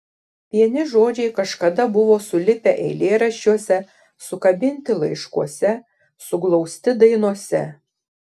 vieni žodžiai kažkada buvo sulipę eilėraščiuose sukabinti laiškuose suglausti dainose